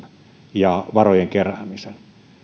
ja varojen keräämisen